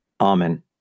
Amen